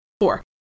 four